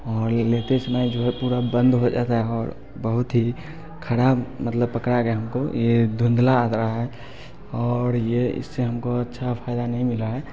और लेते समय जो है पूरा बंद हो रहा है और बहुत ही ख़राब मतलब पकड़ा गया हम को ये धुंधला आ रहा है और ये इससे हम को अच्छा फ़ायदा नहीं मिला है